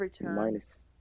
minus